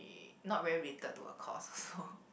not very related to her course so